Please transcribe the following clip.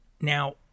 Now